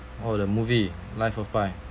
oh the movie life of pi